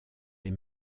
les